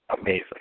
amazing